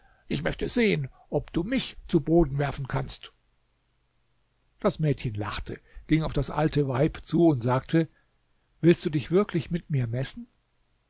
ich möchte sehen ob du mich zu boden werfen kannst das mädchen lachte ging auf das alte weib zu und sagte willst du dich wirklich mit mir messen